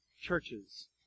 churches